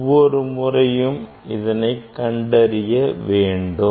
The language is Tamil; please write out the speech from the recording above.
ஒவ்வொரு முறையும் இதனை கண்டறிய வேண்டும்